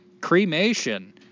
Cremation